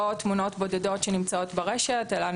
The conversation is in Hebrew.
לא תמונות בודדות שנמצאות ברשת אלא